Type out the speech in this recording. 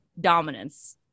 dominance